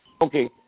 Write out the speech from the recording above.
Okay